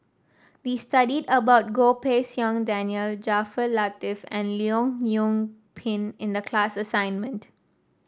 we studied about Goh Pei Siong Daniel Jaafar Latiff and Leong Yoon Pin in the class assignment